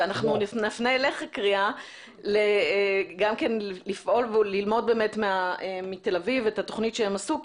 ואנחנו נפנה אליך קריאה גם ללמוד מתל אביב את התוכנית שהם עשו,